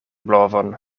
blovon